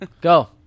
Go